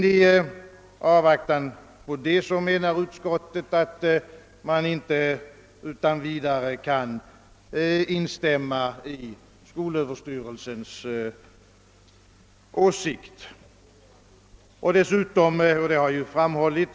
I avvakten härpå anser utskottet, att man inte utan vidare kan instämma i skolöverstyrelsens uttalande.